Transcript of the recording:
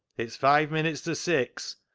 it's five minutes to six!